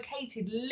located